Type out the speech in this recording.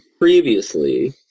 previously